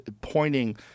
pointing